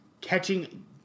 catching